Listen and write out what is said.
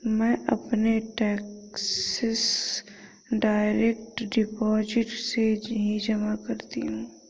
मैं अपने taxes direct deposit से ही जमा करती हूँ